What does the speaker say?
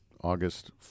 August